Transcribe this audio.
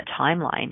timeline